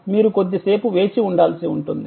మీరు కొద్దిసేపు వేచి ఉండాల్సి ఉంటుంది